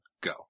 go